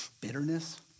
Bitterness